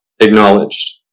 acknowledged